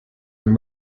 dem